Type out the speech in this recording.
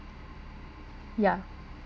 ya